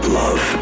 love